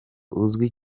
uzwi